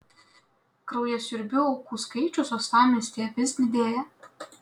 kraujasiurbių aukų skaičius uostamiestyje vis didėja